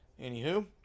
anywho